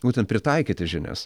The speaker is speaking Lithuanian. būtent pritaikyti žinias